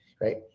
right